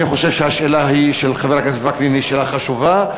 אני חושב שהשאלה של חבר הכנסת וקנין היא שאלה חשובה,